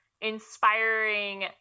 inspiring